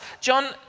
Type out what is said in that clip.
John